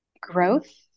Growth